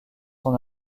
son